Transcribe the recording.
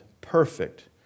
perfect